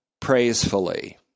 praisefully